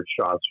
shots